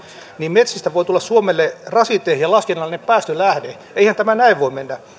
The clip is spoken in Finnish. niin metsistä voi tulla suomelle rasite ja laskennallinen päästölähde eihän tämä näin voi mennä